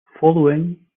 following